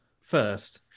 first